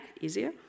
easier